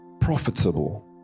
profitable